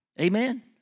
Amen